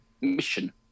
mission